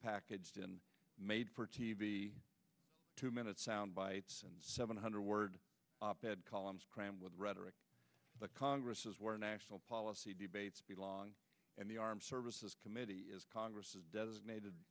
packaged in a made for t v two minute soundbites and seven hundred word op ed columns pram with rhetoric the congress is where national policy debates be long and the armed services committee is congress's designated